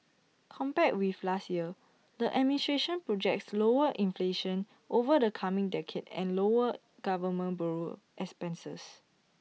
compared with last year the administration projects lower inflation over the coming decade and lower government borrowing expenses